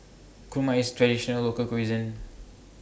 Kurma IS A Traditional Local Cuisine